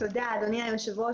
תודה, אדוני היושב-ראש.